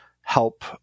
help